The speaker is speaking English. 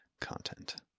content